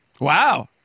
Wow